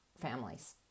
families